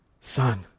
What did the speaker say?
Son